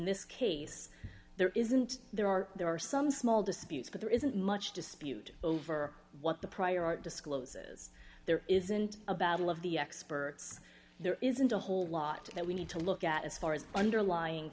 this case there isn't there are there are some small disputes but there isn't much dispute over what the prior art discloses there isn't a battle of the experts there isn't a whole lot to that we need to look at as far as underlying